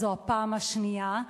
זו הפעם השנייה,